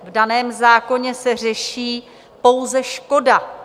V daném zákoně se řeší pouze škoda.